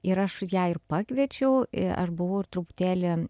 ir aš ją ir pakviečiau aš buvau ir truputėlį